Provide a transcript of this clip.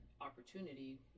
opportunity